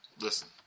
Listen